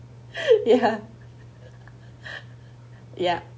ya ya